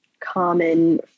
common